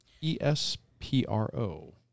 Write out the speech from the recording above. E-S-P-R-O